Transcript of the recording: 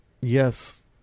Yes